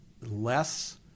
less